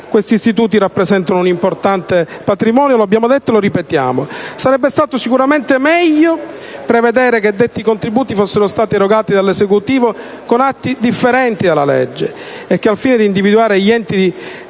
Questi istituti rappresentano un importante patrimonio: lo abbiamo detto e lo ripetiamo. Sarebbe stato sicuramente meglio prevedere che detti contributi fossero erogati dall'Esecutivo con atti differenti dalla legge, e che, per individuare tutti gli enti da